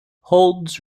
holds